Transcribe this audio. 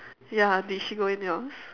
ya did she go in yours